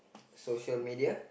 social media